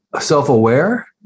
self-aware